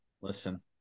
Listen